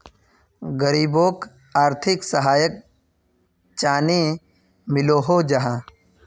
गरीबोक आर्थिक सहयोग चानी मिलोहो जाहा?